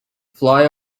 fly